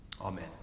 Amen